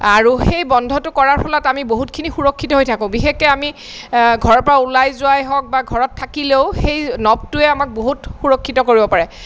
আৰু সেই বন্ধটো কৰাৰ ফলত আমি বহুতখিনি সুৰক্ষিত হৈ থাকোঁ বিশেষকৈ আমি ঘৰৰ পৰা ওলাই যোৱাই হওঁক বা ঘৰত থাকিলেও সেই ন'বটোৱে আমাক বহুত সুৰক্ষিত কৰিব পাৰে